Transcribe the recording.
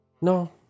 No